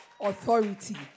Authority